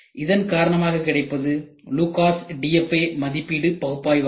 இதன்காரணமாக கிடைப்பது LUCAS DFA மதிப்பீடு பகுப்பாய்வு ஆகும்